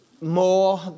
more